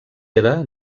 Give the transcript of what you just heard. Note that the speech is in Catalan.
era